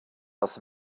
das